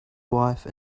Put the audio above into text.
wife